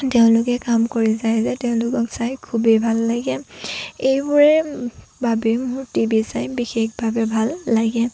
তেওঁলোকে কাম কৰি যায় যে তেওঁলোকক চাই খুবেই ভাল লাগে এইবোৰৰ বাবেই মোৰ টিভি চাই বিশেষভাৱে ভাল লাগে